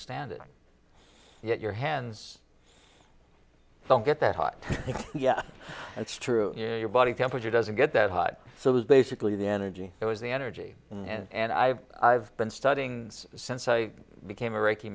stand it yet your hands i don't get that hot yeah that's true yeah your body temperature doesn't get that hot so it was basically the energy it was the energy in and i have i've been studying since i became a reiki